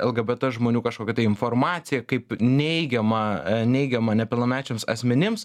lgbt žmonių kažkokią tai informaciją kaip neigiamą neigiamą nepilnamečiams asmenims